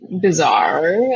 Bizarre